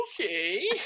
Okay